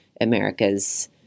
America's